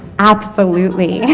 absolutely,